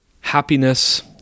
happiness